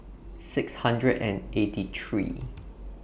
six hundred and eighty three